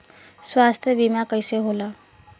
स्वास्थ्य बीमा कईसे होला?